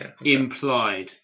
Implied